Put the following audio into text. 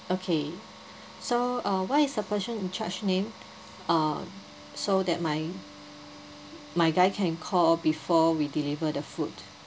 okay so uh what is the person in charge name uh so that my my guy can call before we deliver the food